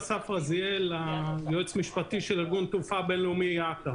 אני היועץ המשפטי של ארגון תעופה בין-לאומי יאט"א.